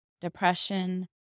depression